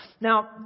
Now